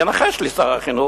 ינחש לי, שר החינוך.